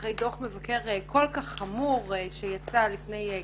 אחרי דוח מבקר כל כך חמור שיצא לפני כחודש,